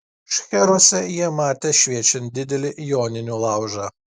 šcheruose jie matė šviečiant didelį joninių laužą